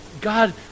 God